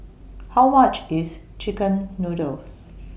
How much IS Chicken Noodles